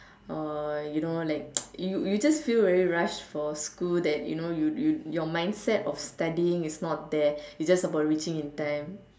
or you know like you you just feel very rushed for school that you know you you your mindset of studying is not there it's just about reaching in time